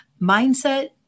mindset